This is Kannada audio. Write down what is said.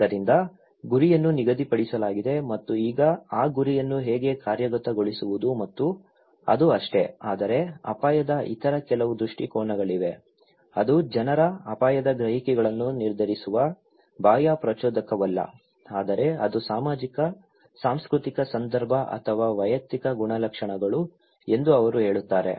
ಆದ್ದರಿಂದ ಗುರಿಯನ್ನು ನಿಗದಿಪಡಿಸಲಾಗಿದೆ ಮತ್ತು ಈಗ ಆ ಗುರಿಯನ್ನು ಹೇಗೆ ಕಾರ್ಯಗತಗೊಳಿಸುವುದು ಮತ್ತು ಅದು ಅಷ್ಟೆ ಆದರೆ ಅಪಾಯದ ಇತರ ಕೆಲವು ದೃಷ್ಟಿಕೋನಗಳಿವೆ ಅದು ಜನರ ಅಪಾಯದ ಗ್ರಹಿಕೆಗಳನ್ನು ನಿರ್ಧರಿಸುವ ಬಾಹ್ಯ ಪ್ರಚೋದಕವಲ್ಲ ಆದರೆ ಅದು ಸಾಮಾಜಿಕ ಸಾಂಸ್ಕೃತಿಕ ಸಂದರ್ಭ ಅಥವಾ ವೈಯಕ್ತಿಕ ಗುಣಲಕ್ಷಣಗಳು ಎಂದು ಅವರು ಹೇಳುತ್ತಾರೆ